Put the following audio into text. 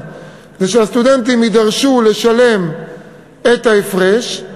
זה שהסטודנטים יידרשו לשלם את ההפרש.